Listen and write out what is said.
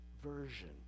version